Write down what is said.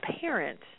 parent